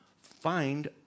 find